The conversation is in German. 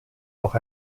auch